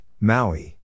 Maui